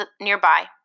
nearby